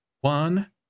one